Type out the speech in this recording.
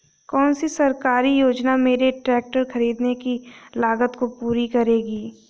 कौन सी सरकारी योजना मेरे ट्रैक्टर ख़रीदने की लागत को पूरा करेगी?